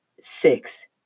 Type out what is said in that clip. six